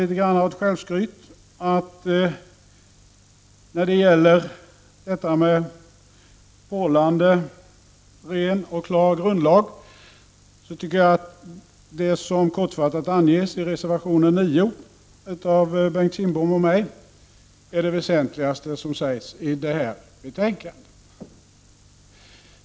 NIST När det gäller ren och klar grundlag tycker jag, om jag får ägna mig litet grand åt självskryt, att det som kortfattat anges i reservation 9 av Bengt Kindbom och mig är det väsentligaste som sägs i detta betänkande.